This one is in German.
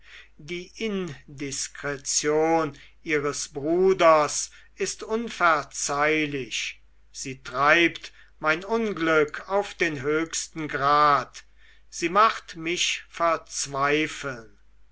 die indiskretion ihres bruders ist unverzeihlich sie treibt mein unglück auf den höchsten grad sie macht mich verzweifeln